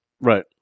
Right